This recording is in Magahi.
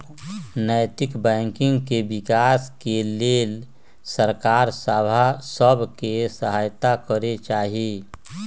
नैतिक बैंकिंग के विकास के लेल सरकार सभ के सहायत करे चाही